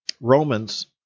Romans